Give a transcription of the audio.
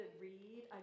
read